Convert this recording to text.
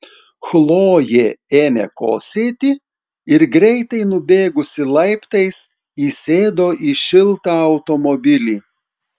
chlojė ėmė kosėti ir greitai nubėgusi laiptais įsėdo į šiltą automobilį